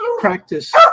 practice